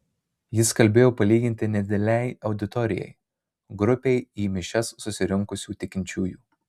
jis kalbėjo palyginti nedidelei auditorijai grupei į mišias susirinkusių tikinčiųjų